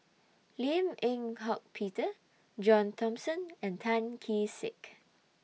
Lim Eng Hock Peter John Thomson and Tan Kee Sek